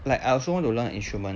like I also want to learn instrument